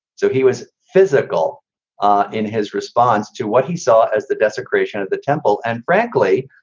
so he was physical ah in his response to what he saw as the desecration of the temple. and frankly,